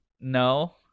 No